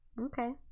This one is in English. Okay